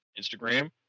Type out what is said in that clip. Instagram